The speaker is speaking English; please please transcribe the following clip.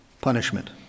punishment